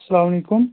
اسلام علیکُم